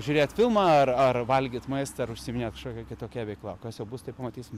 žiūrėt filmą ar ar valgyt maistą ar užsiiminėt kažkokia kitokia veikla o kas jau bus tai pamatysim